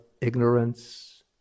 ignorance